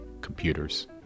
computers